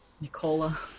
Nicola